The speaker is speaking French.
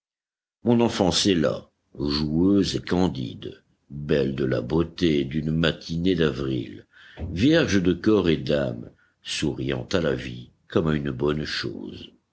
mon enfance est là joueuse et candide belle de la beauté d'une matinée d'avril vierge de corps et d'âme souriant à la vie comme à une bonne chose